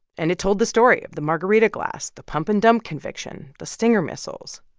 and it told the story of the margarita glass, the pump-and-dump conviction, the stinger missiles.